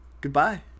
Goodbye